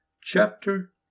Chapter